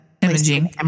imaging